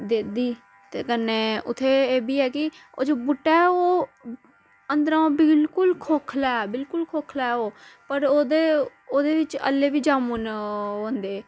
दिंदी ते कन्नै उ'त्थें एह्बी एह् की ओह् जो बूह्टा ऐ ओह् अंदरों बिलकुल खोखला ऐ बिलकुल खोखला ऐ ओह् पर ओह्दे ओह्दे च अल्ले बी जामुन होंदे